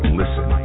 listen